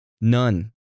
None